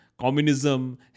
communism